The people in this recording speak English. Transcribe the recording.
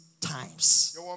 times